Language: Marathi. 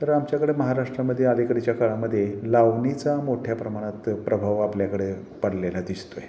तर आमच्याकडे महाराष्ट्रामध्ये अलीकडच्या काळामध्ये लावणीचा मोठ्या प्रमाणात प्रभाव आपल्याकडे पडलेला दिसतो आहे